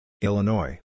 Illinois